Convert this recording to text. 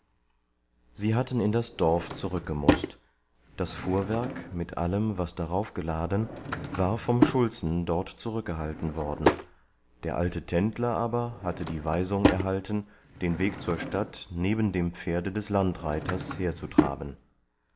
sie hatten in das dorf zurück gemußt das fuhrwerk mit allem was daraufgeladen war vom schulzen dort zurückgehalten worden der alte tendler aber hatte die weisung erhalten den weg zur stadt neben dem pferde des landreiters herzutraben